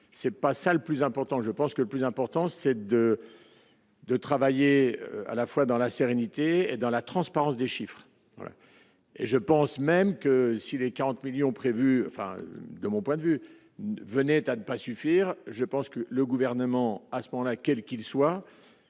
c'est pas ça le plus important, je pense que le plus important c'est de de travailler à la fois dans la sérénité et dans la transparence des chiffres voilà et je pense même que si les 40 millions prévus fin de mon point de vue venait à ne pas suffire, je pense que le gouvernement à ce moment-là, quel qu'il soit